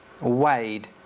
wade